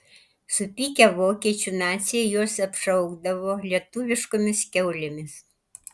supykę vokiečių naciai juos apšaukdavo lietuviškomis kiaulėmis